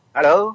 Hello